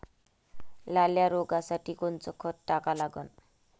लाल्या रोगासाठी कोनचं खत टाका लागन?